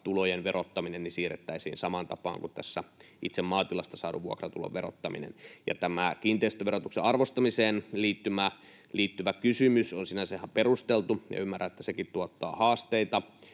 vuokratulojen verottaminen siirrettäisiin samaan tapaan kuin itse maatilasta saadun vuokratulon verottaminen. Tähän kiinteistöverotuksen arvostamiseen liittyvä kysymys on sinänsä ihan perusteltu, ja ymmärrän, että sekin tuottaa haasteita,